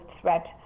threat